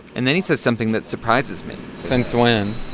and then he says something that surprises me since when?